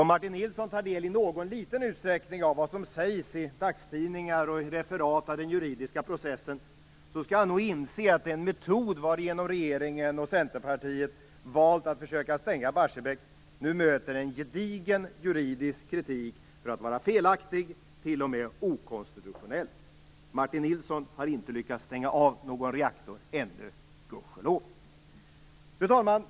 Om Martin Nilsson i någon utsträckning tar del av det som sägs i dagstidningar och referat av den juridiska processen skall han nog inse att den metod varigenom regeringen och Centerpartiet valt att försöka stänga Barsebäck nu möter en gedigen juridisk kritik för att vara felaktig och t.o.m. okonstitutionell. Martin Nilsson har inte lyckats att stänga av någon reaktor ännu, gudskelov. Fru talman!